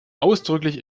ausdrücklich